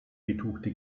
betuchte